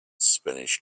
spanish